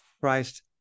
Christ